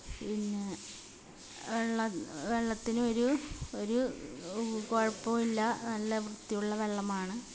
പിന്നെ വെള്ളം വെള്ളത്തിന് ഒരു ഒരു കുഴപ്പവും ഇല്ല നല്ല വൃത്തിയുള്ള വെള്ളമാണ്